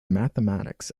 mathematics